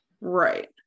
Right